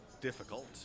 difficult